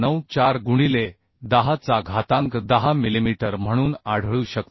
94 गुणिले 10 चा घातांक 10 मिलिमीटर म्हणून आढळू शकते